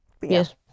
Yes